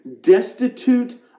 destitute